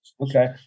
Okay